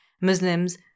Muslims